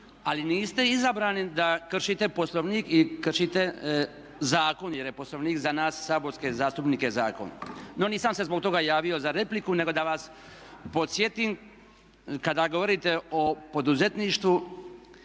ali niste izabrani da kršite Poslovnik i kršite zakon jer je Poslovnik za nas saborske zastupnike zakon. No, nisam se zbog toga javio za repliku nego da vas podsjetim kada govorite o poduzetništvu